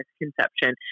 misconception